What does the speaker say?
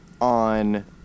on